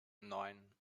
neun